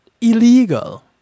illegal